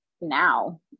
now